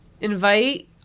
invite